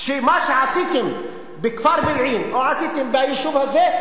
מה שעשיתם בכפר בילעין או עשיתם ביישוב הזה,